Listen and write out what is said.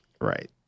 Right